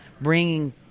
bringing